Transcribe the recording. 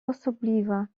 osobliwa